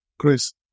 Chris